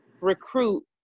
recruit